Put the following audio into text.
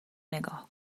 نگاه